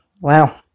wow